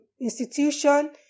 institution